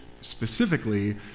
Specifically